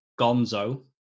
Gonzo